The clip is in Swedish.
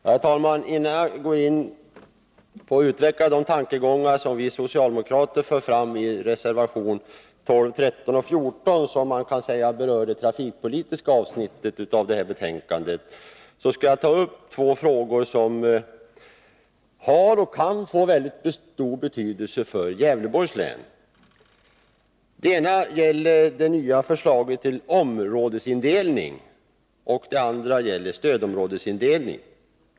Herr talman! Innan jag går in på att utveckla de tankegångar som vi socialdemokrater för fram i reservationerna 12, 13 och 14, som man kan säga berör det trafikpolitiska avsnittet i betänkandet, skall jag ta upp två frågor som har och kan få väldigt stor betydelse för Gävleborgs län. Den ena gäller de nya landsdelsbenämningarna och den andra gäller stödområdesindelningen.